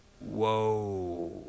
whoa